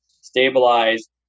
stabilized